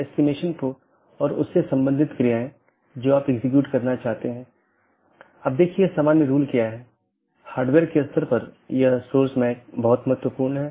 AS के भीतर इसे स्थानीय IGP मार्गों का विज्ञापन करना होता है क्योंकि AS के भीतर यह प्रमुख काम है